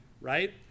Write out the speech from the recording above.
right